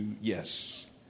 yes